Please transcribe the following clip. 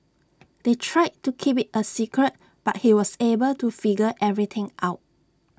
they tried to keep IT A secret but he was able to figure everything out